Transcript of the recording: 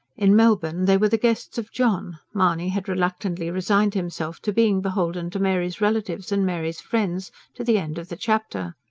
in melbourne they were the guests of john mahony had reluctantly resigned himself to being beholden to mary's relatives and mary's friends to the end of the chapter.